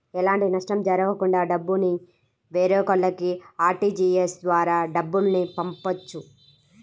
ఎలాంటి నష్టం జరగకుండా డబ్బుని వేరొకల్లకి ఆర్టీజీయస్ ద్వారా డబ్బుల్ని పంపొచ్చు